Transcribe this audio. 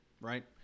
right